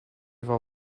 voir